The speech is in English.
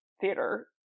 theater